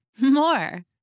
more